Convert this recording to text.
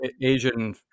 Asian